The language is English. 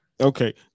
okay